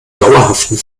dauerhaften